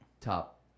top